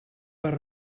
per